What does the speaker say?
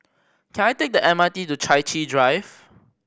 can I take the M R T to Chai Chee Drive